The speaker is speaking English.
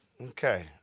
Okay